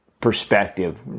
perspective